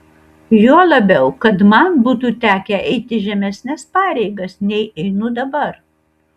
juo labiau kad man būtų tekę eiti žemesnes pareigas nei einu dabar